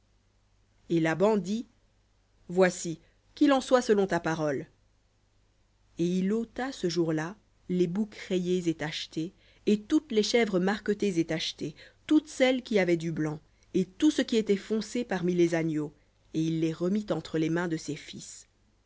et laban dit voici qu'il en soit selon ta parole et il ôta ce jour-là les boucs rayés et tachetés et toutes les chèvres marquetées et tachetées toutes celles qui avaient du blanc et tout ce qui était foncé parmi les agneaux et il les remit entre les mains de ses fils